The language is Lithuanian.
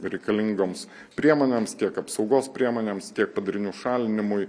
reikalingoms priemonėms tiek apsaugos priemonėms tiek padarinių šalinimui